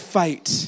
fight